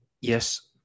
Yes